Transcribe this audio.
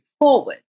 forward